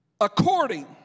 According